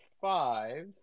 five